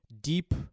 deep